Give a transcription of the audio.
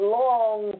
long